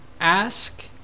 ask